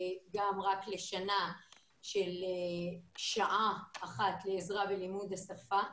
וגם רק לשנה שבה שעה אחת לעזרה בלימוד השפה,